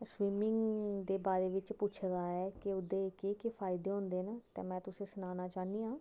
swimming दे बारे च पुच्छे दा ऐ कि ओह्दे केह् केह् फैदे होंदे न ते में तुसें गी सनाना चाह्न्नी आं